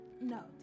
no